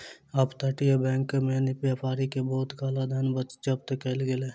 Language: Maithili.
अप तटीय बैंक में व्यापारी के बहुत काला धन जब्त कएल गेल